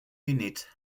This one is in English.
unit